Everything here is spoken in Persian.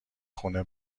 خونه